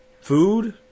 Food